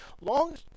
Long